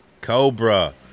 Cobra